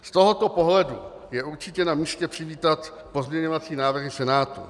Z tohoto pohledu je určitě namístě přivítat pozměňovací návrhy Senátu.